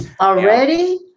Already